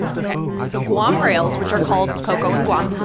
ok, so guam rails, which are called ko'ko' in guam,